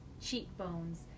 cheekbones